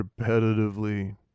repetitively